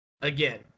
again